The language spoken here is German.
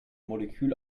molekül